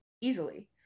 easily